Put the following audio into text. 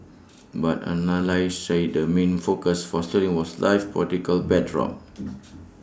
but analysts said the main focus for sterling was life political backdrop